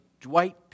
Dwight